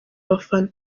abafana